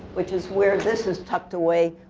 which is where this is tucked away,